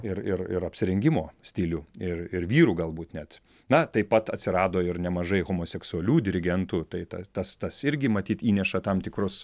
ir ir ir apsirengimo stilių ir ir vyrų galbūt net na taip pat atsirado ir nemažai homoseksualių dirigentų tai tas tas irgi matyt įneša tam tikrus